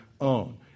own